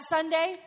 Sunday